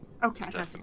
Okay